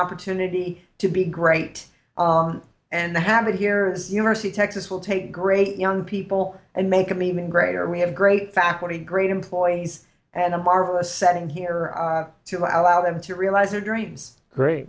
opportunity to be great and have it here is university of texas will take great young people and make them even greater we have great faculty great employees and a marvelous setting here too i love them to realize their dreams great